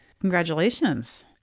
Congratulations